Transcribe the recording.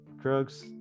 drugs